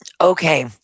Okay